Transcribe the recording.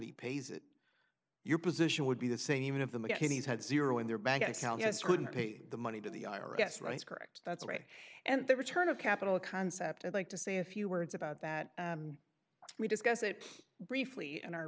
he pays it your position would be the same even if the mckinney's had zero in their bank accounts wouldn't pay the money to the i r s right correct that's right and the return of capital a concept i'd like to say a few words about that we discuss it briefly and our